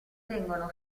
vengono